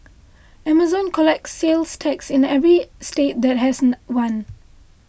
amazon collects sales tax in every state that has one